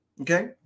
Okay